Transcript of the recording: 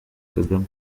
kagame